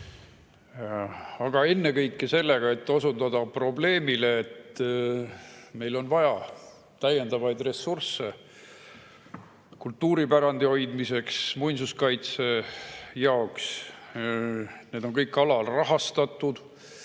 [õigel teel] sellega, et osundada probleemile, et meil on vaja täiendavaid ressursse kultuuripärandi hoidmiseks ja muinsuskaitse jaoks. Need on kõik alarahastatud.